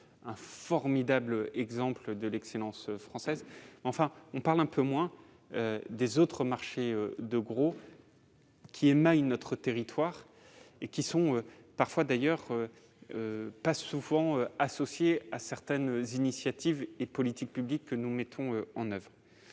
un formidable exemple de l'excellence française, mais un peu moins des autres marchés qui maillent notre territoire et ne sont pas souvent associés à certaines initiatives et politiques publiques que nous mettons en oeuvre.